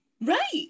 right